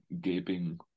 gaping